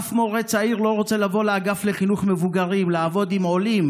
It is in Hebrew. אף מורה צעיר לא רוצה לבוא לאגף לחינוך מבוגרים לעבוד עם עולים,